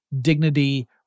dignity